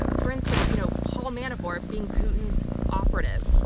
um for instance, you know paul manafort being putin's operative,